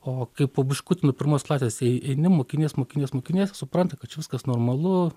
o kai po biškutį nuo pirmos klasės eini mokinies mokinies mokinies supranta kad čia viskas normalu